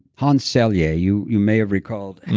hans selye yeah you you may have recalled, and